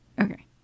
Okay